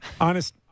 Honest